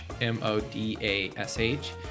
M-O-D-A-S-H